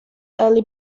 early